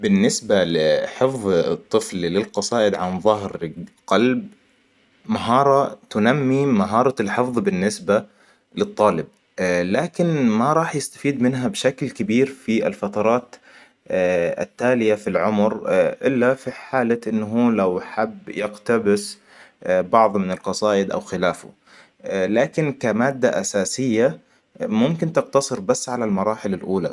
بالنسبة لحفظ الطفل للقصايد عن ظهر قلب. مهارة تنمي مهارة الحفظ بالنسبة للطالب. لكن ما راح يستفيد منها بشكل كبير في الفترات التالية في العمر إلا في حالة إنه هو لو حب يقتبس ببعض من القصايد أو خلافه لاكن كماده أساسيه ممكن تقتصر بس علي المراحل الأولي